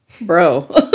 bro